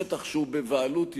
שטח שהוא בבעלות יהודית,